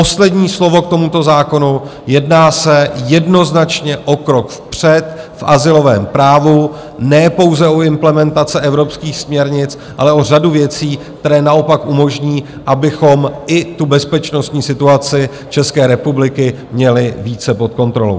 Poslední slovo k tomuto zákonu jedná se jednoznačně o krok vpřed v azylovém právu, ne pouze o implementace evropských směrnic, ale o řadu věcí, které naopak umožní, abychom i bezpečnostní situaci České republiky měli více pod kontrolou.